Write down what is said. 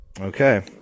Okay